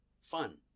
fun